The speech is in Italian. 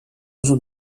uso